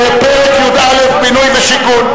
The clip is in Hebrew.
פרק י"א: בינוי ושיכון.